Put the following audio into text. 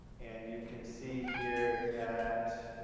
and you can see here that